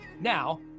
Now